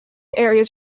areas